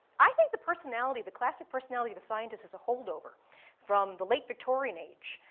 i think the personality, the classic personality of a scientist is a holdover from the late victorian age,